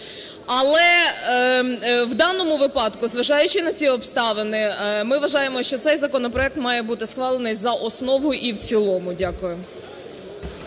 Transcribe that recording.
Але в даному випадку, зважаючи на ці обставини, ми вважаємо, що цей законопроект має бути схвалений за основу і в цілому. Дякую.